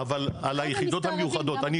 --- על היחידות המיוחדות.